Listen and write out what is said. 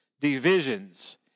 divisions